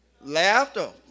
Laughter